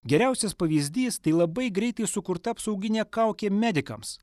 geriausias pavyzdys tai labai greitai sukurta apsauginė kaukė medikams